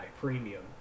Premium